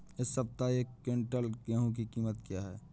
इस सप्ताह एक क्विंटल गेहूँ की कीमत क्या है?